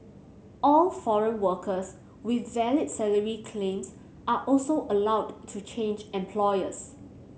all foreign workers with valid salary claims are also allowed to change employers